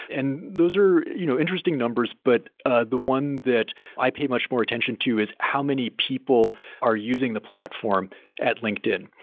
and those are you know interesting numbers, but ah the one that i pay much more attention to is how many people are using the platform at linkedin?